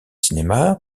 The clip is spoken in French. cinéma